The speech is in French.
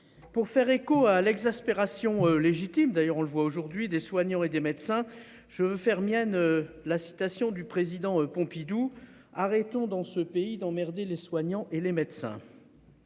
Pour faire écho à l'exaspération, légitime d'ailleurs on le voit aujourd'hui des soignants et des médecins. Je veux faire mienne la citation du président Pompidou arrêtons dans ce pays d'emmerder les soignants et les médecins.